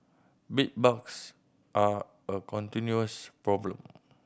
bedbugs are a continuous problem